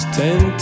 ten